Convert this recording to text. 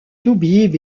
toubib